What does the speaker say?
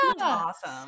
awesome